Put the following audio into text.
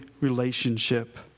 relationship